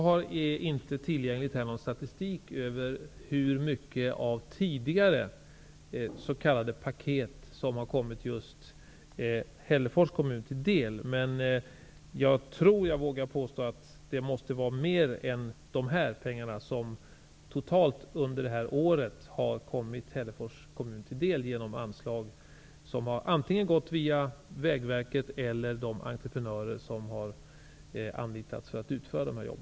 Herr talman! Jag har inte någon statistik tillgänglig över hur mycket av tidigare s.k. paket som har kommit just Hällefors kommun till del. Men jag tror att det måste vara mer än dessa pengar som kommit Hällefors kommun till del totalt under det här året genom anslag som gått antingen via Vägverket eller via de entreprenörer som anlitats för att utföra dessa jobb.